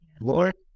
Lord